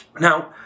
Now